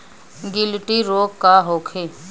गिलटी रोग का होखे?